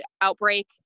outbreak